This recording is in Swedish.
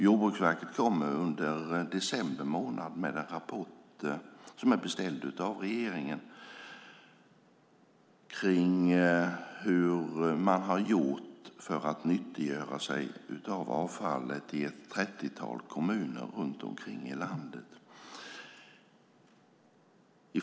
Jordbruksverket kommer under december månad med en rapport som är beställd av regeringen om hur man har gjort för att nyttiggöra avfallet i ett trettiotal kommuner runt om i landet.